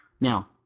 Now